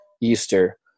Easter